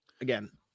again